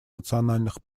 национальных